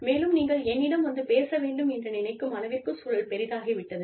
மேலும் நீங்கள் என்னிடம் வந்து பேச வேண்டும் என்று நினைக்கும் அளவிற்குச் சூழல் பெரிதாகி விட்டது